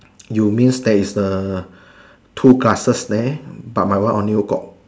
you means there is a two glasses there but my one only got